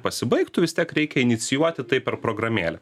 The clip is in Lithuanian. pasibaigtų vis tiek reikia inicijuoti tai per programėlę